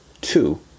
two